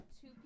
two